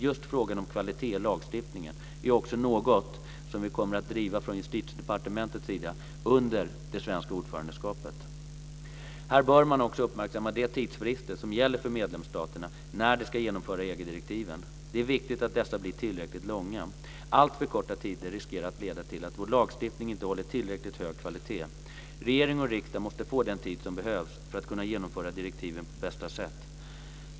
Just frågan om kvalitet i lagstiftningen är också något som vi kommer att driva från Justitiedepartementets sida under det svenska ordförandeskapet. Här bör man också uppmärksamma de tidsfrister som gäller för medlemsstaterna när de ska genomföra EG-direktiven. Det är viktigt att dessa blir tillräckligt långa. Alltför korta tider riskerar att leda till att vår lagstiftning inte håller tillräckligt hög kvalitet. Regering och riksdag måste få den tid som behövs för att kunna genomföra direktiven på bästa sätt.